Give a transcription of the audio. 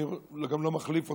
אני גם לא מחליף אותם,